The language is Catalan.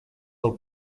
del